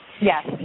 Yes